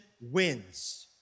wins